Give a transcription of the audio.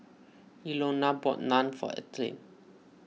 Ilona bought Naan for Ethelyn